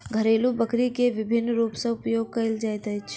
घरेलु बकरी के विभिन्न रूप सॅ उपयोग कयल जाइत अछि